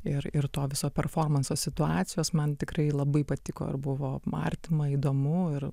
ir ir to viso performanso situacijos man tikrai labai patiko ir buvo artima įdomu ir